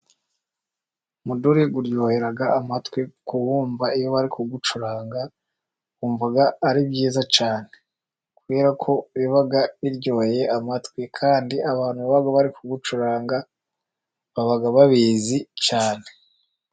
Umuduri uryohera amatwi ku wumva iyo bari kugucuranga, wumva ari byiza cyane, kubera ko biba biryoheye amatwi, kandi abantu baba bari kuwucuranga baba babizi cyane.